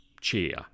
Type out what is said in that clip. cheer